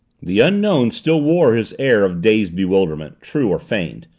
the unknown still wore his air of dazed bewilderment, true or feigned,